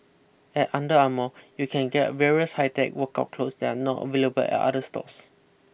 at Under Armour you can get various high tech workout clothes that are not available at other stores